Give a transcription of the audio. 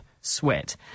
sweat